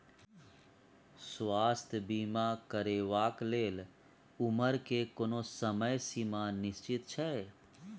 स्वास्थ्य बीमा करेवाक के लेल उमर के कोनो समय सीमा निश्चित छै?